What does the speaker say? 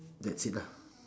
that's it lah